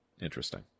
Interesting